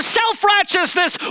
self-righteousness